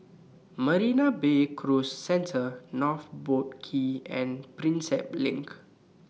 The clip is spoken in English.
Marina Bay Cruise Centre North Boat Quay and Prinsep LINK